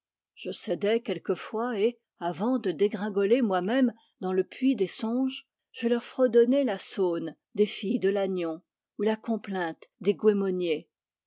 je cédais quelquefois et avant de dégringoler moi-même dans le puits des songes je leur fredonnais la sône des filles de lannion ou la complainte des